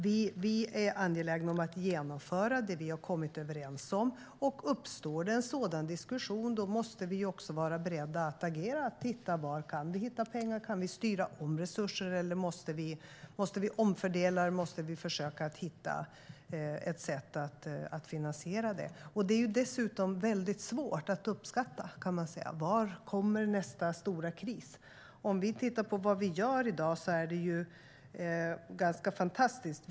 Regeringen är angelägen om att genomföra det vi har kommit överens om. Uppstår en sådan diskussion måste vi också vara beredda att agera och titta på var pengar kan hittas, om det går att styra om resurser eller om vi måste omfördela eller hitta andra sätt för finansiering. Det är dessutom väldigt svårt att uppskatta var nästa stora kris kommer. Det vi gör i dag är ju ganska fantastiskt.